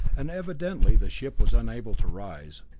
and evidently the ship was unable to rise,